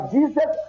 Jesus